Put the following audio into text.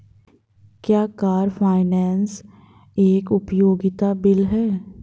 क्या car finance एक उपयोगिता बिल है?